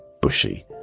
bushy